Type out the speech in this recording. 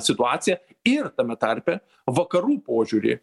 situaciją ir tame tarpe vakarų požiūrį